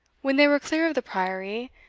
when they were clear of the priory,